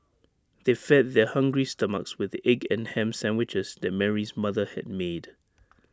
they fed their hungry stomachs with the egg and Ham Sandwiches that Mary's mother had made